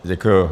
Děkuji.